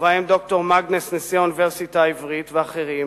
ובהם ד"ר מאגנס, נשיא האוניברסיטה העברית ואחרים,